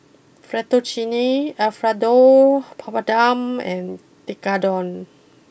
Fettuccine Alfredo Papadum and Tekkadon